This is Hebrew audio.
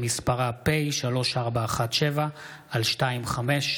שמספרה פ/3417/25.